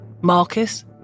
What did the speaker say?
Marcus